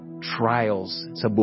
trials